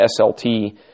SLT